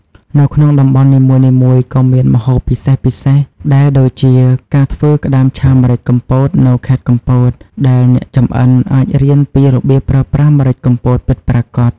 នៅក្នុងតំបន់នីមួយៗក៏មានម្ហូបពិសេសៗដែរដូចជា ការធ្វើ ក្តាមឆាម្រេចកំពត នៅខេត្តកំពត ដែលអ្នកចម្អិនអាចរៀនពីរបៀបប្រើប្រាស់ម្រេចកំពតពិតប្រាកដ។